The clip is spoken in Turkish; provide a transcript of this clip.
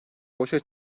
boşa